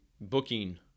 booking